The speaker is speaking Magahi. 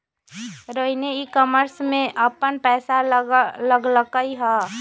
रोहिणी ई कॉमर्स में अप्पन पैसा लगअलई ह